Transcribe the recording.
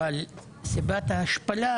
אבל סיבת ההשפלה,